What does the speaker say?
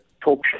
talk